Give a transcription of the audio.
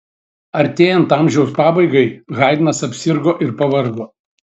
artėjant amžiaus pabaigai haidnas apsirgo ir pavargo